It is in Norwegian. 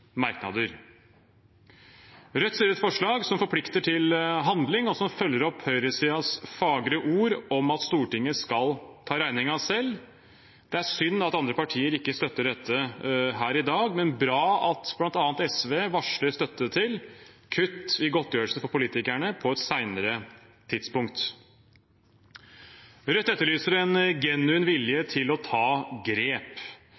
et forslag som forplikter til handling, og som følger opp høyresidens fagre ord om at Stortinget skal ta regningen selv. Det er synd at andre partier ikke støtter dette her i dag, men bra at bl.a. SV varsler støtte til kutt i godtgjørelser for politikerne på et senere tidspunkt. Rødt etterlyser en genuin vilje til å ta grep.